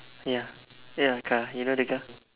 ya ya car you know the car